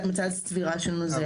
מצב צבירה של נוזל.